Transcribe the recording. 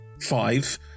five